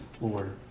Lord